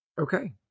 Okay